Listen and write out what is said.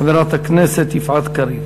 חברת הכנסת יפעת קריב.